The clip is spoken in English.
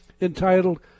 entitled